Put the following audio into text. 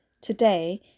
Today